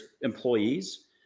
employees